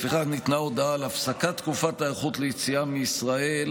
לפיכך ניתנה הודעה על הפסקת תקופת ההיערכות ליציאה מישראל,